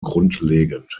grundlegend